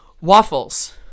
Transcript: waffles